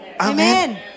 Amen